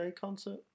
concert